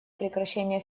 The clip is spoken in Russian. прекращение